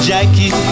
Jackie